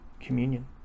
Communion